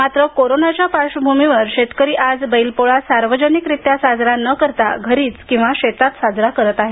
मात्र कोरोनाच्या पार्श्वभूमीवर शेतकरी आज बैल पोळा सार्वजनिकरीत्या साजरा न करता घरीच किंवा शेतात साजरा करत आहेत